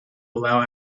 allow